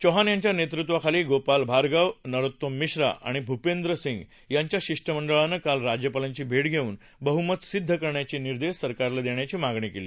चौहान यांच्या नेतृत्वाखाली गोपाल भार्गव नरोत्तम मिश्रा आणि भूपेंद्र सिंग यांच्या शिष्टमंडळानं काल राज्यपालांची भेट घेऊन बहुमत सिद्ध करण्याचे निर्देश सरकारला देण्याची मागणी केली